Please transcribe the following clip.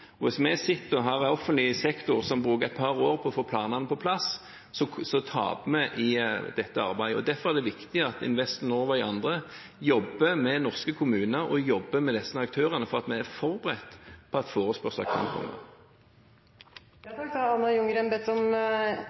har en offentlig sektor som bruker et par år på å få planene på plass, taper vi i dette arbeidet. Derfor er det viktig at Invest in Norway og andre jobber med norske kommuner og jobber med disse aktørene, for at vi skal være forberedt på at